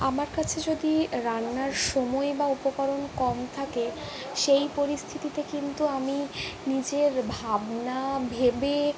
আমার কাছে যদি রান্নার সময় বা উপকরণ কম থাকে সেই পরিস্থিতিতে কিন্তু আমি নিজের ভাবনা ভেবে